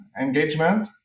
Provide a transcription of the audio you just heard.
engagement